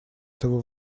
этого